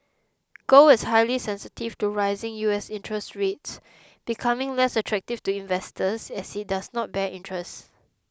gold is highly sensitive to rising U S interest rates becoming less attractive to investors as it does not bear interest